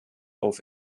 auf